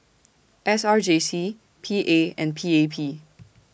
S R J C P A and P A P